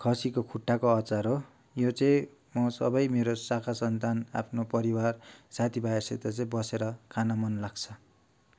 खसीको खुट्टाको अचार हो यो चाहिँ म सबै मेरो साखा सन्तान आफ्नो परिवार साथी भाइहरूसित चाहिँ बसेर खान मन लाग्छ